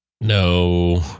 No